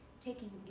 taking